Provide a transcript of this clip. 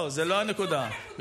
זו בדיוק הנקודה.